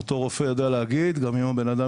אותו רופא יודע להגיד גם אם לבן אדם